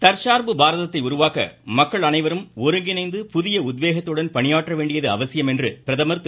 தற்சார்பு பாரதத்தை உருவாக்க மக்கள் அனைவரும் ஒருங்கிணைந்து புதிய உத்வேகத்துடன் பணியாற்ற வேண்டியது அவசியம் என பிரதம் திரு